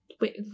Wait